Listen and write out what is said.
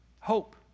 hope